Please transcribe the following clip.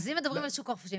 אם מדברים על שוק חופשי,